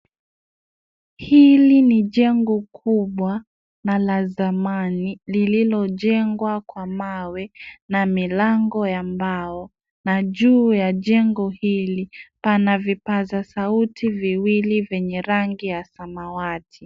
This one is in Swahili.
Hili ni jengo kubwa na la zamani lililojengwa kwa mawe na milango ya mbao na juu ya jengo hili, pana vipaza sauti viwili vyenye rangi ya samawati.